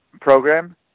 program